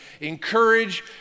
encourage